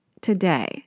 today